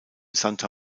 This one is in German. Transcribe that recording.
santa